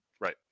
Right